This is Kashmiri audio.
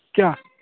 کیٛاہ